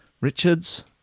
Richard's